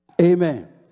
Amen